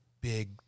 big